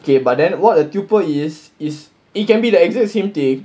okay but then what a tuple is is it can be the exact same thing